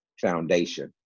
foundation